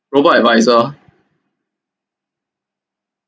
robot adviser